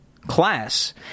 class